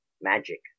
magic